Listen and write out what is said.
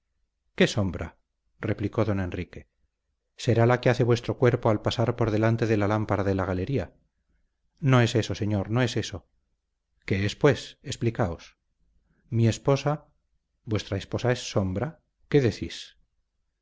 qué sombra replicó don enrique será la que hace vuestro cuerpo al pasar por delante de la lámpara de la galería no es eso señor no es eso qué es pues explicaos mi esposa vuestra esposa es sombra qué decís